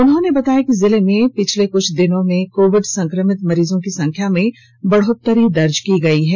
उन्होंने बताया कि जिले में विगत दिनों में कोविड संक्रमित मरीजों की संख्या में बढ़ोतरी दर्ज की गई है